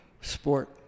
sport